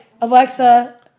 Alexa